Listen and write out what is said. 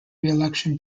reelection